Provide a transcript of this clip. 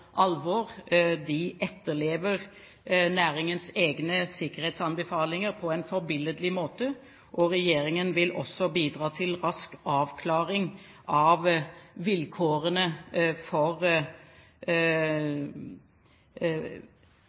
alvor. De etterlever næringens egne sikkerhetsanbefalinger på en forbilledlig måte, og regjeringen vil også bidra til rask avklaring av vilkårene for